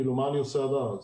מה אני עושה עד אז?